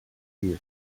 year